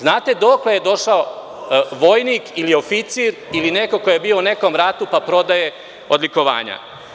Znate dokle je došao vojnik ili oficir ili neko ko je bio u nekom ratu, pa prodaje odlikovanja.